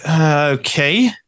okay